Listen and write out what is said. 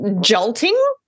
jolting